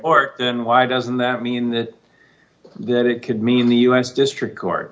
then why doesn't that mean that then it could mean the u s district court